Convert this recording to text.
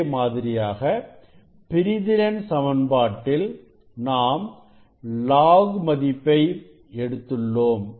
அதே மாதிரியாக பிரிதிறன் சமன்பாட்டில் நாம் log மதிப்பை எடுத்துள்ளோம்